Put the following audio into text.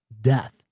death